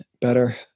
better